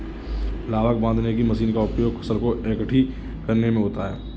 लावक बांधने की मशीन का उपयोग फसल को एकठी करने में होता है